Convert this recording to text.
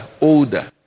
older